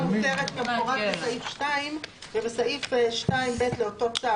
מותרת כמפורטים בסעיף 2. ובסעיף 2(ב) לאותו לצו,